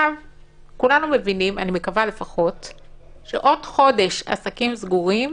כולנו מבינים שעוד חודש של עסקים סגורים